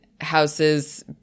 houses